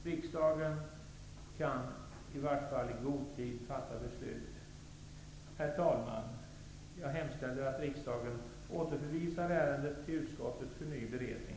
Riksdagen kan i alla fall fatta beslut i god tid. Herr talman! Jag hemställer att riksdagen återförvisar ärendet till utskottet för ny beredning.